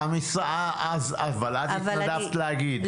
אבל את התנדבת להגיד.